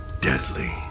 deadly